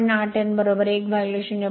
8 n 1 0